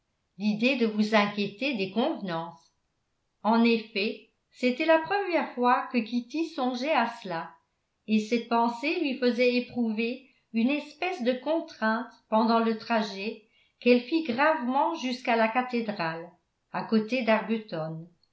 l'idée de vous inquiéter des convenances en effet c'était la première fois que kitty songeait à cela et cette pensée lui faisait éprouver une espèce de contrainte pendant le trajet qu'elle fit gravement jusqu'à la cathédrale à côté